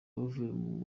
bavuye